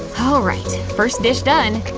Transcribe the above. alright, first dish done.